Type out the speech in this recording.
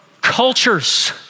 cultures